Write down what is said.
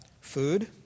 Food